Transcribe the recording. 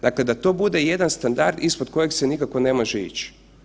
Dakle, da to bude jedan standard ispod kojeg se nikako ne može ići.